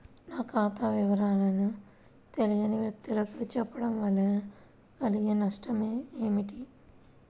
నా ఖాతా వివరాలను తెలియని వ్యక్తులకు చెప్పడం వల్ల కలిగే నష్టమేంటి?